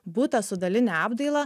butą su daline apdaila